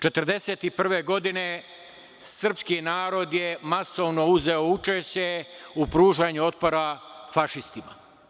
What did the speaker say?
Godine 1941. srpski narod je masovno uzeo učešće u pružanju otpora fašistima.